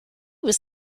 was